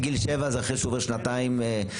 שמגיל שבע זה אחרי שהוא עובר שנתיים בגיל